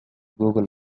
google